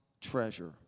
treasure